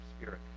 spirit